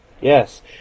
Yes